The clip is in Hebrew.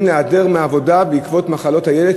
להיעדר מהעבודה בעקבות מחלות הילד,